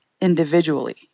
individually